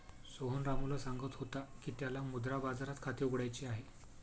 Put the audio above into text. सोहन रामूला सांगत होता की त्याला मुद्रा बाजारात खाते उघडायचे आहे